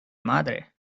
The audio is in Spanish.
madre